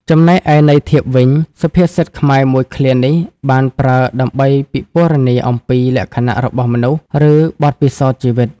ចំំណែកឯន័យធៀបគឺ សុភាសិតខ្មែរមួយឃ្លានេះបានប្រើដើម្បីពិពណ៌នាអំពីលក្ខណៈរបស់មនុស្ស ឬបទពិសោធន៍ជីវិត។